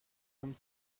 them